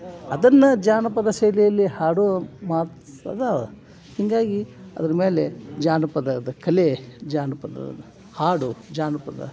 ಅದನ್ನು ಜಾನಪದ ಶೈಲಿಯಲ್ಲಿ ಹಾಡೋ ಮಾತ್ಸ್ ಅದಾವ ಹೀಗಾಗಿ ಅದ್ರ ಮೇಲೆ ಜಾನಪದದ ಕಲೆ ಜಾನಪದದ ಹಾಡು ಜಾನಪದ